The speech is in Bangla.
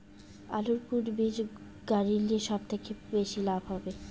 আলুর কুন বীজ গারিলে সব থাকি বেশি লাভ হবে?